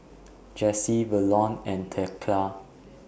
Jessi Verlon and Thekla